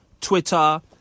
Twitter